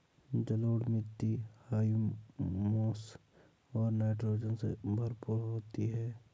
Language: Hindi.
जलोढ़ मिट्टी हृयूमस और नाइट्रोजन से भरपूर होती है